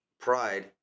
pride